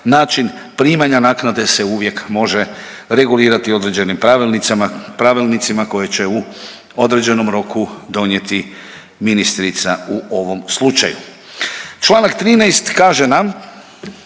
način primanja naknade se uvijek može regulirati određenim pravilnicima koje će u određenom roku donijeti ministrica u ovom slučaju. Čl. 13 kaže nam